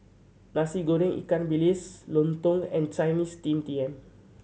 Nasi Goreng ikan bilis lontong and Chinese Steamed Yam